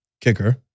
kicker